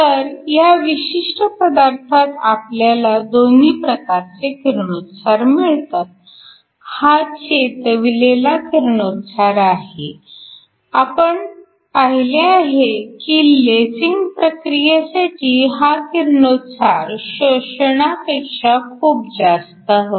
तर ह्या विशिष्ट पदार्थात आपल्याला दोन्ही प्रकारचे किरणोत्सार मिळतात हा चेतविलेला किरणोत्सार आहे आपण पहिले आहे की लेसिंग प्रक्रियेसाठी हा किरणोत्सार शोषणापेक्षा खूप जास्त हवा